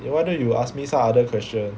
why don't you ask me some other question